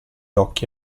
occhi